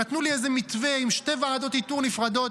נתנו לי איזה מתווה עם שתי ועדות איתור נפרדות.